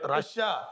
Russia